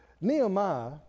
Nehemiah